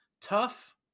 Tough